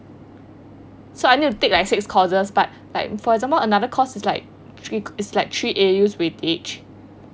so I need to take like six course but like for example another course is like three it's like three A_U with each